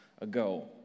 ago